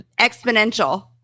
Exponential